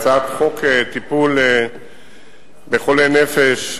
הצעת חוק טיפול בחולי נפש,